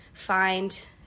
Find